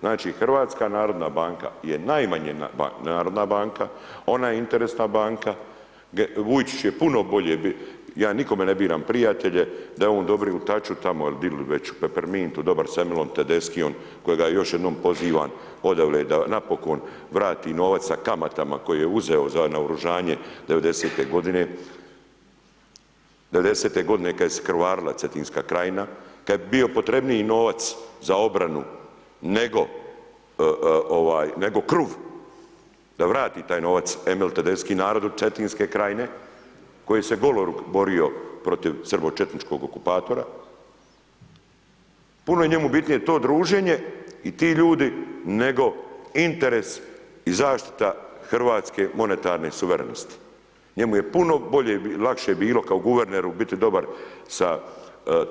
Znači, HNB je najmanje narodna banka, ona je interesna banka, Vujčić je puno bolje, ja nikome ne biram prijatelje, da je on dobri u Taču tamo ili dili već u Pepermintu, dobar s Emilom Tedeskijom kojega još jednom pozivam odavle da napokon vrati novac sa kamatama koji je uzeo za naoružanje 90. godine., 90. godine kad se je krvarila Cetinska krajina, kad je bio potrebniji novac za obranu, nego kruv, da vrati taj novac Emil Tedeski narodu Cetinske krajine koji se goloruk borio protiv srbočetničkog okupatora, puno je njemu bitnije to druženje i ti ljudi, nego interes i zaštita hrvatske monetarne suverenosti, njemu je puno bolje i lakše bilo kao guverneru biti dobar sa